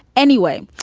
anyway,